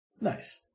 nice